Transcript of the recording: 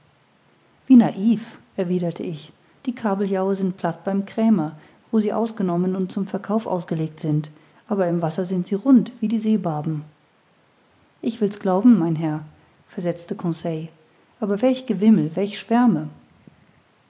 wie naiv erwiderte ich die kabeljaue sind platt beim krämer wo sie ausgenommen und zum verkauf ausgelegt sind aber im wasser sind sie rund wie die seebarben ich will's glauben mein herr versetzte conseil aber welch gewimmel welche schwärme